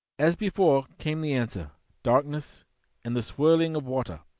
as before, came the answer darkness and the swirling of water.